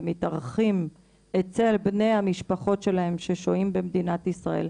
ומתארחים אצל בני המשפחות שלהם ששוהים במדינת ישראל.